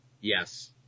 Yes